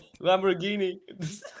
Lamborghini